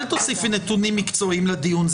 אל תוסיפי נתונים מקצועיים לדיון,